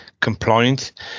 compliant